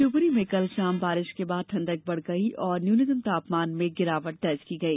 शिवपुरी में कल शाम बारिश के बाद ठंडक बढ़ गई और न्यूनतम तापमान में गिरावट दर्ज की गई